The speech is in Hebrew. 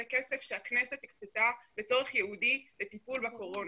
זה כסף שהכנסת הקצתה לצורך ייעודי לטיפול בקורונה.